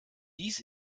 dies